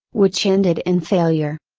which ended in failure.